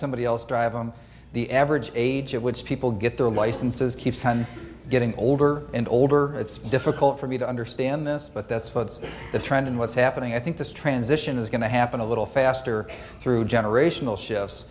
somebody else drive them the average age at which people get their licenses keeps getting older and older it's difficult for me to understand this but that's what's the trend in what's happening i think this transition is going to happen a little faster through generational shifts